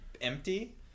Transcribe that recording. empty